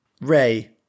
Ray